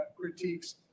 critiques